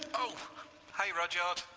oh hey rudyard.